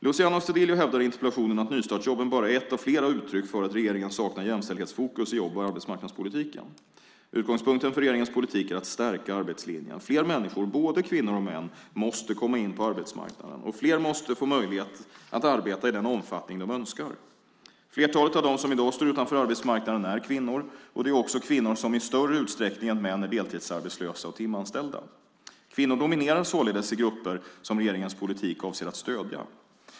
Luciano Astudillo hävdar i interpellationen att nystartsjobben bara är ett av flera uttryck för att regeringen saknar jämställdhetsfokus i jobb och arbetsmarknadspolitiken. Utgångspunkten för regeringens politik är att stärka arbetslinjen. Fler människor - både kvinnor och män - måste komma in på arbetsmarknaden, och fler måste få möjlighet att arbeta i den omfattning de önskar. Flertalet av dem som i dag står utanför arbetsmarknaden är kvinnor, och det är också kvinnor som i större utsträckning än män är deltidsarbetslösa och timanställda. Kvinnor dominerar således i grupper som regeringens politik avser att stödja.